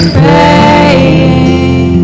praying